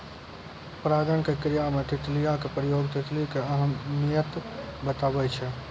परागण के क्रिया मे तितलियो के प्रयोग तितली के अहमियत बताबै छै